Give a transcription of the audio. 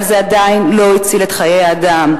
אבל זה עדיין לא הציל את חיי האדם,